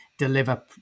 deliver